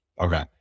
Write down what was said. Okay